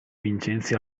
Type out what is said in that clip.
vincenzi